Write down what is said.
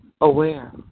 aware